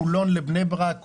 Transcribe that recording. מחולון לבני ברק,